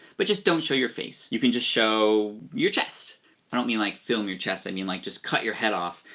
but just don't show your face. you can just show your chest. i don't mean like film your chest, i mean like just cut your head off,